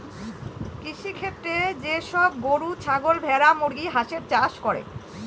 কৃষিক্ষেত্রে যে সব গরু, ছাগল, ভেড়া, মুরগি, হাঁসের চাষ করে